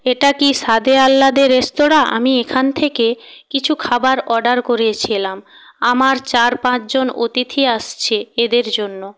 এটা কি স্বাদে আহ্লাদে রেস্তোরাঁ আমি এখান থেকে কিছু খাবার অর্ডার করেছিলাম আমার চার পাঁচজন অতিথি আসছে এদের জন্য